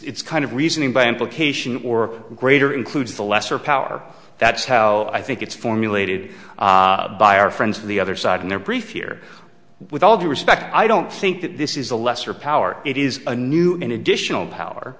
kind of reasoning by implication or greater includes the lesser power that's how i think it's formulated by our friends of the other side in their brief here with all due respect i don't think that this is a lesser power it is a new in additional power